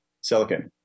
silicon